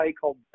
called